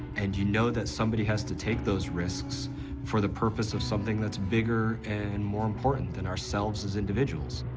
and you know that somebody has to take those risks for the purpose of something that's bigger and more important than ourselves as individuals.